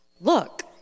Look